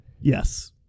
Yes